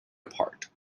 apart